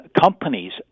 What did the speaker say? companies